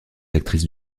actrices